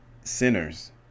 sinners